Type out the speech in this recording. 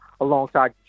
alongside